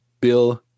Bill